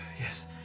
Yes